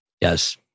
Yes